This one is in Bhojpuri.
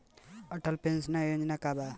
अटल पेंशन योजना का ह?